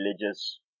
religious